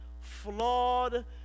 flawed